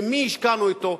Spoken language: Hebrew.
במי השקענו אותו,